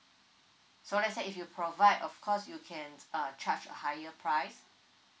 so let's say if you provide of course you can uh charge a higher price